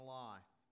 life